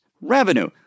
revenue